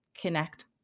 connect